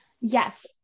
yes